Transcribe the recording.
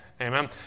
Amen